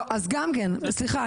סליחה,